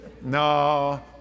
No